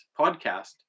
podcast